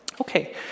Okay